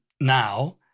now